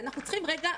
ואנחנו צריכים רגע,